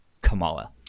Kamala